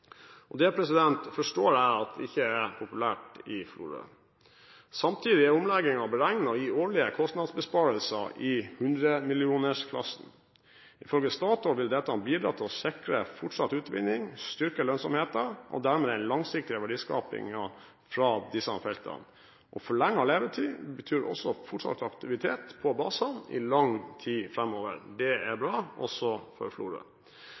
og det forstår jeg at ikke er populært i Florø. Samtidig er omleggingen beregnet til årlige kostnadsbesparelser i hundremillionersklassen. Ifølge Statoil vil dette bidra til å sikre fortsatt utvinning og styrke lønnsomheten og dermed langsiktig verdiskaping fra disse feltene. Forlenget levetid betyr også fortsatt aktivitet på basene i lang tid framover. Det er bra – også for